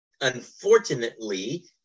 unfortunately